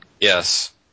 Yes